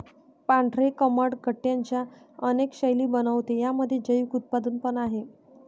पांढरे कमळ गट्ट्यांच्या अनेक शैली बनवते, यामध्ये जैविक उत्पादन पण आहे